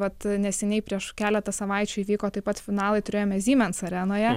vat neseniai prieš keletą savaičių įvyko taip pat finalai turėjome siemens arenoje